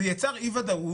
וזה יצר אי-ודאות.